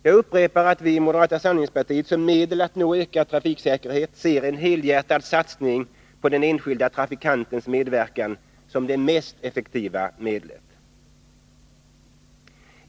Jag upprepar att vi i moderata samlingspartiet som medel att nå ökad trafiksäkerhet ser en helhjärtad satsning på den enskilda trafikantens medverkan som det mest effektiva medlet.